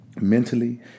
mentally